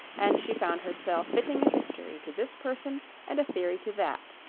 and she found herself fitting a history to this person and a theory to that,